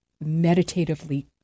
meditatively